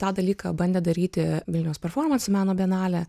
tą dalyką bandė daryti vilniaus performanso meno bienalė